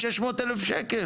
600,000 שקל,